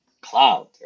cloud